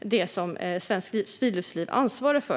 det som Svenskt Friluftsliv ansvarar för.